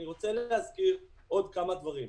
אני רוצה להזכיר עוד כמה דברים.